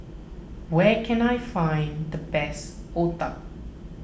where can I find the best Otah